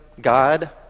God